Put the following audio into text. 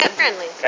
friendly